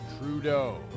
Trudeau